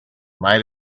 might